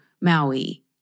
Maui